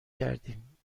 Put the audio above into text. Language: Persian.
کردیم